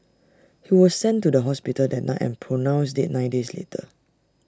he was sent to the hospital that night and pronounced dead nine days later